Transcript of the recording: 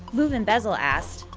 moveandbezel asked,